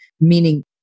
Meaning